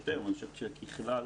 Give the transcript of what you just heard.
כרגע